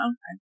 Okay